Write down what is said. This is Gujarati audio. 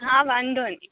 હા વાંધોનઈ